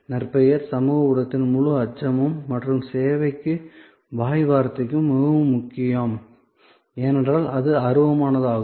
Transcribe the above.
நற்பெயர் சமூக ஊடகத்தின் முழு அம்சமும் மற்றும் சேவைக்கு வாய் வார்த்தையும் மிகவும் முக்கியம் ஏனென்றால் அது அருவமானதாகும்